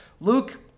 Luke